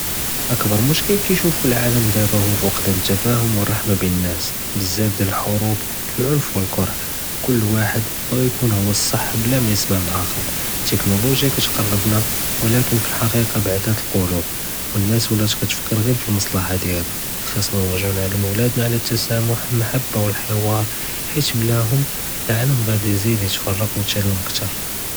אַכְבַּר מְשְכֵּל קַיְשּׁוּפוּ אֶל-עָלַאם דַבָּא הוּוּ פִקְדַאן אֶת-תַפַּהּוּם וְאֶל-רַחְמָה בֵּין אֶל-נּאס. בְּזַאף דִיַאל אֶל-חֻרוּב, אֶל-עֻנְף וְאֶל-קְרַאהָה, כֻּל וָחַד בָּגָא יְכוּן הוּוּ אֶל-סַח בְּלָא מַיְסְמַע לָאֶלְאַכֵּר. טֶכְנוֹלוֹגְיָא קַתְקַרְבְּנַא וּלָקִין פִי אֶל-חַקִיקַה בְּעֻדַּאת אֶל-קֻלּוּב וְנּאס וְלָאת קַתְפַכְּר גִּיּ אֶל-מַסְלָחַה דִּיַאלְהָא. חַאסְנָא נַרְגְּעוּ נְעַלְּמוּ וְלַדְנָא עַל תִּסַּאמְח, מַחַבַּה וְאֶל-חִוּאר, חִיַת בְּלָאהוּם אֶל-עָלַאם עָדִי יְזִיד יִתְפַּרַק וְיִתְאַלֵּם כְּתַר.